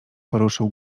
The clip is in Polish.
poruszył